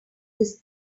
this